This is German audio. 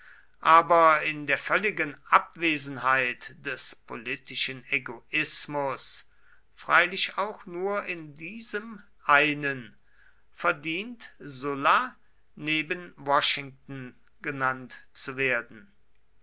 aber in der völligen abwesenheit des politischen egoismus freilich auch nur in diesem einen verdient sulla neben washington genannt zu werden